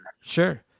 Sure